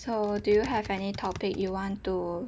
so do you have any topic you want to